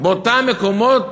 באותם מקומות